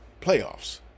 playoffs